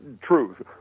truth